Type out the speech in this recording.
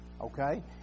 okay